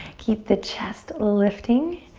keep the chest lifting.